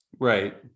Right